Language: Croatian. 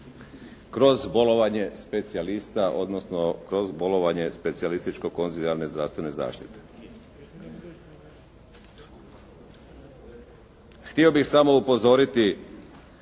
kroz bolovanje specijalista odnosno kroz bolovanje specijalističko-konzilijarne zdravstvene zaštite. Htio bih samo upozoriti